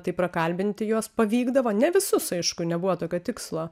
tai prakalbinti juos pavykdavo ne visus aišku nebuvo tokio tikslo